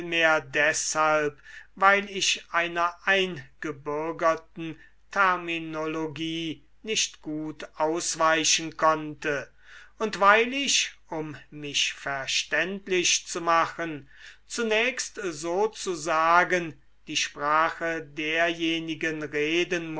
vielmehr deshalb weil ich einer eingebürgerten terminologie nicht gut ausweichen konnte und weil ich um mich verständlich zu machen zunächst sozusagen die sprache derjenigen reden